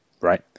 right